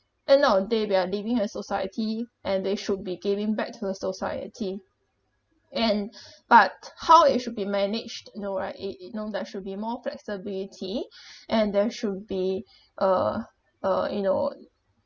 and nowaday we are living a society and they should be giving back to the society and but how it should be managed know right it it known that should be more flexibility and there should be uh uh you know